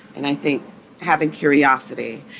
and i think having curiosity.